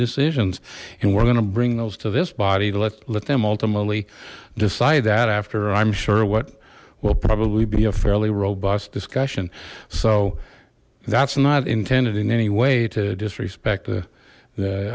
decisions and we're going to bring those to this body let let them ultimately decide that after i'm sure what will probably be a fairly robust discussion so that's not intended in any way to disrespect